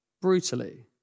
brutally